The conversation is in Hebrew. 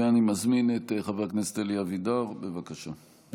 אני מזמין את חבר הכנסת אלי אבידר, בבקשה.